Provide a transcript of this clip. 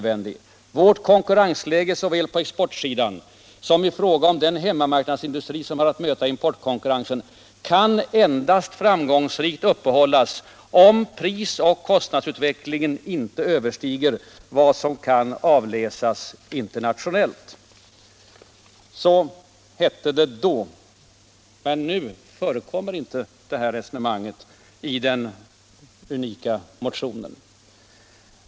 Vårt konkurrensläge såväl på exportsidan som i fråga om den hemmamarknadsindustri som har att möta importkonkurrensen kan endast framgångsrikt uppehållas om pris och kostnadsutvecklingen inte överstiger vad som kan avläsas internationellt.” Så hette det då, men nu förekommer inte det resonemanget i den ”unika” motionen.